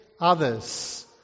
others